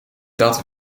dat